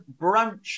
brunch